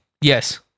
Yes